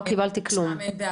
לא קיבלתי כלום.